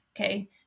Okay